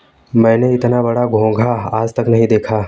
मैंने इतना बड़ा घोंघा आज तक नही देखा है